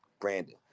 Brandon